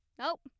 Nope